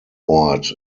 ort